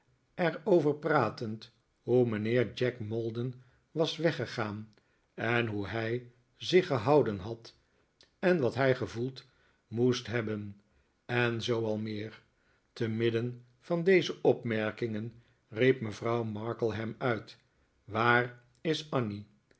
er over pratend hoe mijnheer jack maldon was weggegaan en hoe hij zich gehouden had en wat hij gevoeld moest hebben en zoo al meer te midden van deze opmerkingen riep mevrouw markleham uit waar is annie